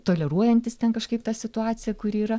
toleruojantys ten kažkaip tą situaciją kuri yra